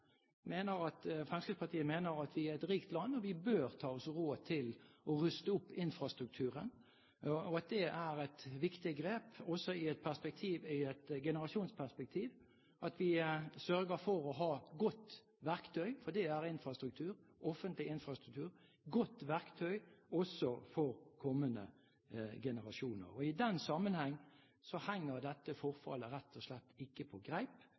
mener Fremskrittspartiet er feil. Fremskrittspartiet mener at vi er et rikt land, at vi bør ta oss råd til å ruste opp infrastrukturen, at det er et viktig grep også i et generasjonsperspektiv, og at vi sørger for å ha godt verktøy – for det er offentlig infrastruktur – også for kommende generasjoner. I den sammenheng henger dette forfallet rett og slett ikke på greip,